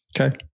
Okay